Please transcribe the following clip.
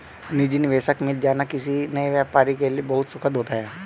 निजी निवेशक मिल जाना किसी नए व्यापारी के लिए बहुत सुखद होता है